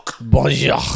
Bonjour